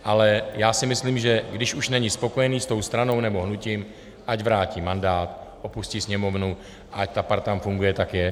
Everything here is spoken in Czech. Ale já si myslím, že když už není spokojený s tou stranou nebo hnutím, ať vrátí mandát, opustí Sněmovnu a ať ta parta funguje, jak je.